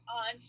on